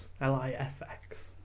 L-I-F-X